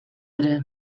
ere